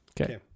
Okay